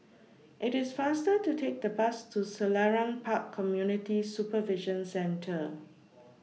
IT IS faster to Take The Bus to Selarang Park Community Supervision Centre